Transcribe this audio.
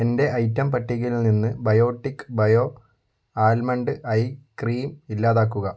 എന്റെ ഐറ്റം പട്ടികയിൽ നിന്ന് biotic bio almond eye cream ഇല്ലാതാക്കുക